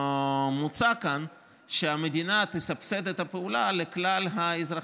מוצע כאן שהמדינה תסבסד את הפעולה לכלל האזרחים.